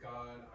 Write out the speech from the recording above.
God